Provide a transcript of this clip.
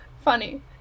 funny